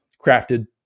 crafted